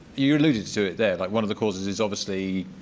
you alluded to it there. like one of the causes is, obviously,